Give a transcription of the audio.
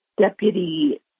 deputy